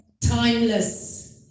timeless